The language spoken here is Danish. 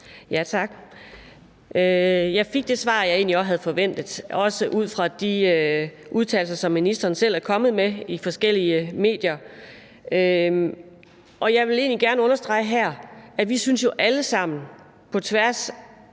(V): Tak. Jeg fik det svar, jeg egentlig også havde forventet, også ud fra de udtalelser, som ministeren selv er kommet med i forskellige medier. Og jeg vil egentlig gerne understrege her, at vi jo alle sammen på tværs